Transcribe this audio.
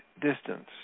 distance